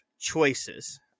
choices